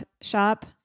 shop